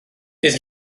bydd